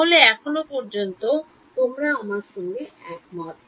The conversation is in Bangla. তাহলে এখনো পর্যন্ত তোমরা আমার সঙ্গে একমত